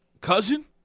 cousin